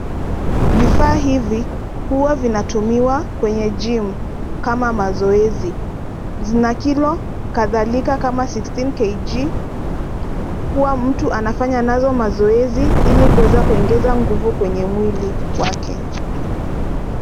Vifaa hivi huwa vinatumiwa kwenye [cs ] gym[cs ] kama mazoezi. Zina kilo kadhalika kama[cs ] 16kg[cs ]. Huwa mtu anafanya nazo mazoezi ili kuweza kuongeza nguvu kwenye mwili wake.